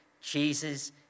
Jesus